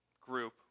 group